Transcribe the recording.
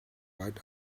right